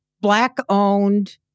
Black-owned